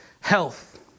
health